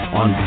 on